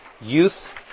Youth